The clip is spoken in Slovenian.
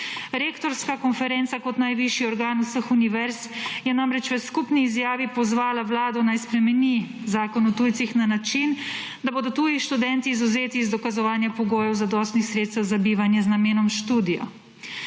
Rektorska konferenca kot najvišji organ vseh univerz je namreč v skupni izjavi pozvala Vlado, naj spremeni Zakon o tujcih na način, da bodo tuji študenti izvzeti iz dokazovanja pogoja zadostnih sredstev za bivanje z namenom študija.